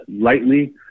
lightly